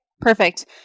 perfect